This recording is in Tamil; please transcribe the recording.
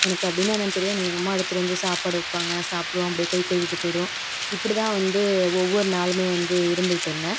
எனக்கு அப்படின்னா என்னன்னு தெரியாது இது எங்கள் அம்மா எடுத்துரு வந்து சாப்பாடு வைப்பாங்க சாப்பிடுவோம் அப்படியே கை கழுவிட்டு போய்டுவோம் இப்படி தான் வந்து ஒவ்வொரு நாளுமே வந்து இருந்துகிட்டுருந்தேன்